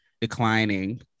declining